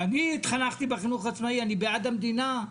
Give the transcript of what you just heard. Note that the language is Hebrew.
אני התחנכתי בחינוך העצמאי, אני בעד המדינה.